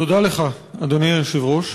תודה לך, אדוני היושב-ראש.